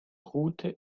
route